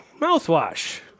mouthwash